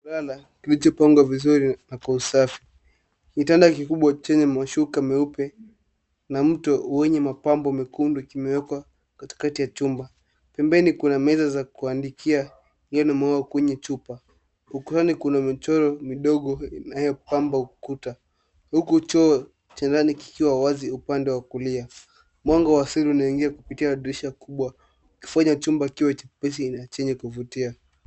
Chumba cha kulala kilicho pangwa vizuri na kwa usafi. Kitanda kikubwa chenye ma shuka meupe na mto wenye mapambo mekundu kimewekwa katikati ya chumba. Pembeni kuna meza za kuandikia nyeo yenye mwawa kwenye chupa. Ukutani kuna michoro midogo yanayo pamba ukuta. Huku choo cha ndani kikiwa wazi upande wa kulia. Mwanga wa asili unaingia kupitia dirisha kubwa ukifanya chumba kiwe chepesi na chenye kuvutia.